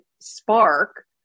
spark